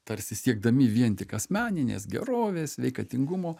tarsi siekdami vien tik asmeninės gerovės sveikatingumo